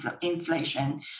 inflation